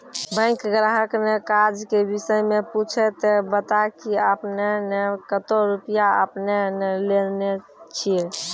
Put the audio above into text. Bank ग्राहक ने काज के विषय मे पुछे ते बता की आपने ने कतो रुपिया आपने ने लेने छिए?